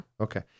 Okay